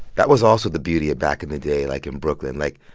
that was also the beauty of back in the day, like, in brooklyn. like,